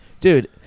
dude